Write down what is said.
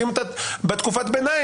ואם אתה בתקופת ביניים,